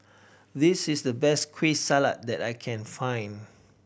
this is the best Kueh Salat that I can find